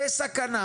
בסכנה